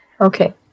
Okay